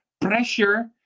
pressure